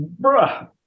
Bruh